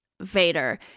vader